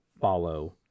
follow